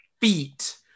feet